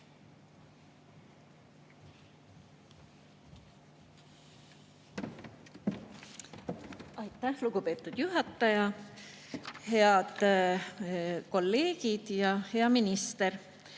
Aitäh, lugupeetud juhataja! Head kolleegid! Hea minister!